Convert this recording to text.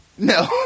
No